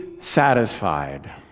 satisfied